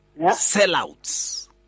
Sellouts